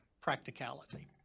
practicality